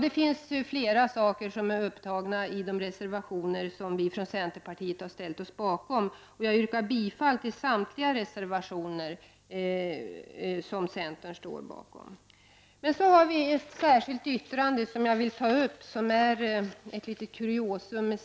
Det är flera saker som tas upp i de reservationer som vi från centern har ställt oss bakom. Jag yrkar bifall till samtliga dessa reservationer. Jag vill ta upp ett särskilt yttrande i samband med taxeringslagen som är ett litet kuriosum.